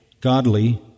godly